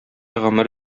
гомер